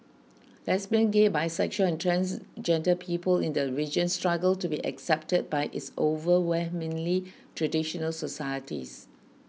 lesbian gay bisexual and transgender people in the region struggle to be accepted by its overwhelmingly traditional societies